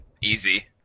Easy